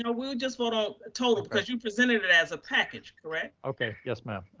no. we'll just vote ah total. cause you presented it as a package, correct? okay, yes ma'am, i